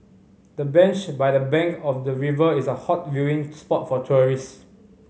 the bench by the bank of the river is a hot viewing spot for tourist